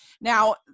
Now